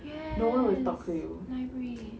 yes library